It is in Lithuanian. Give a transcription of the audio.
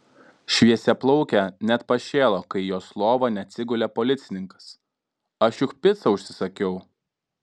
šviesiaplaukė net pašėlo kai į jos lovą neatsigulė policininkas aš juk picą užsisakiau